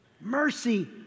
Mercy